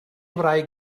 wraig